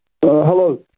Hello